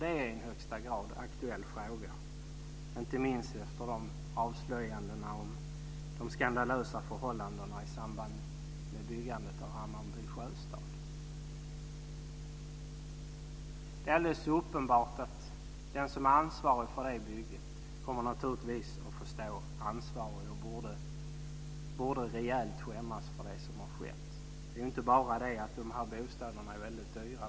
Det är en i högsta grad aktuell fråga, inte minst efter avslöjandena av de skandalösa förhållandena i samband med byggandet av Hammarby sjöstad. Det är alldeles uppenbart att den som är ansvarig för det bygget kommer att få stå ansvarig och borde rejält skämmas för det som skett. Det är inte bara det att de bostäderna är väldigt dyra.